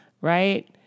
Right